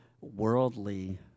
worldly